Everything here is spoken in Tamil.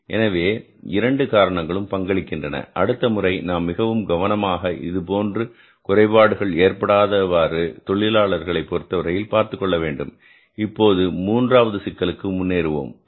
எனவே 2 காரணங்களும் பங்களிக்கின்றன அடுத்த முறை நாம் மிகவும் கவனமாக இதுபோன்ற குறைபாடுகள் ஏற்படாதவாறு தொழிலாளர்களை பொருத்தவரை பார்த்துக்கொள்ள வேண்டும் இப்போது மூன்றாவது சிக்கலுக்கு முன்னேறுவோம்